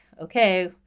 okay